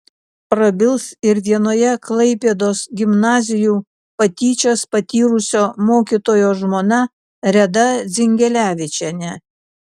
prabils ir vienoje klaipėdos gimnazijų patyčias patyrusio mokytojo žmona reda dzingelevičienė